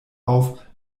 auf